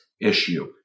issue